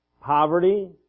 poverty